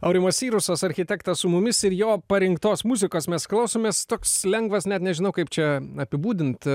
aurimas sirusas architektas su mumis ir jo parinktos muzikos mes klausomės toks lengvas net nežinau kaip čia apibūdint